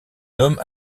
homme